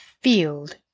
field